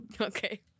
Okay